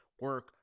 Work